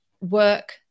work